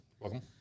Welcome